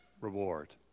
reward